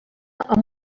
amb